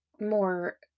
more